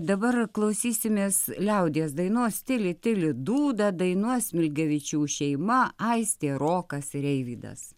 dabar klausysimės liaudies dainos tili tili dūda dainuos smilgevičių šeima aistė rokas ir eivydas